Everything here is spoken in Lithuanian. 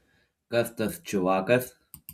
kas tas čiuvakas